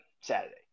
Saturday